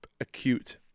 acute